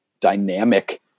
dynamic